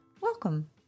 Welcome